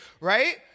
right